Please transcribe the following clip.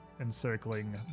encircling